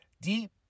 deep